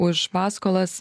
už paskolas